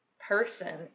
person